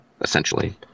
essentially